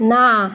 না